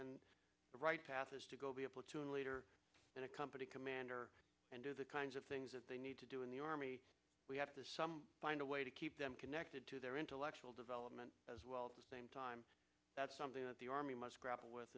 and the right path is to go be a platoon leader in a company commander and do the kinds of things that they need to do in the army we have to some find a way to keep them connected to their intellectual development as well the same time that's something that the army must grapple with